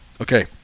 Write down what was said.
Okay